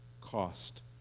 cost